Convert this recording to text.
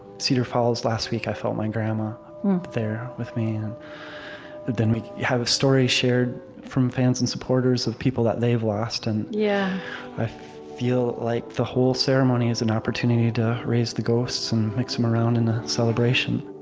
cedar falls last week, i felt my grandma up there with me. and but then we have a story shared from fans and supporters of people that they've lost, and yeah i feel like the whole ceremony is an opportunity to raise the ghosts and mix them around in a celebration